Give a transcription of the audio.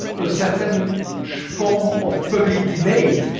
a certain form of public debate,